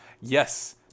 Yes